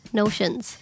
notions